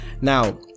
Now